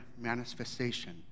manifestation